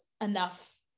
enough